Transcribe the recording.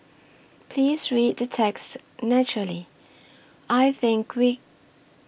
please read the text naturally I think we